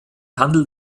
handelt